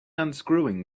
unscrewing